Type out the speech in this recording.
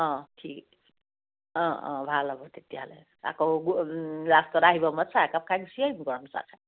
অ' ঠিক অ' অ' ভাল হ'ব তেতিয়াহ'লে আকৌ লাষ্টত আহিব সময়ত চাহ একাপ খাই গুচি আহিম গৰম চাহ